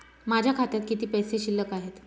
माझ्या खात्यात किती पैसे शिल्लक आहेत?